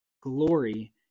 glory